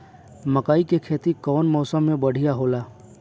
मकई के खेती कउन मौसम में बढ़िया होला?